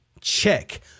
Check